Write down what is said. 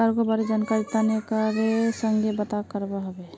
cargo बारे जानकरीर तने कार संगे बात करवा हबे